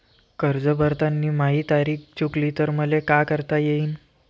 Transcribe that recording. कर्ज भरताना माही तारीख चुकली तर मले का करता येईन?